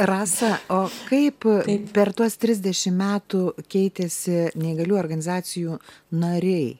rasa o kaip per tuos trisdešim metų keitėsi neįgaliųjų organizacijų nariai